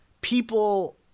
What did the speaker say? people